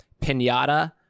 pinata